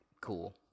cool